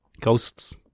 ghosts